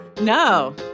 No